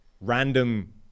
random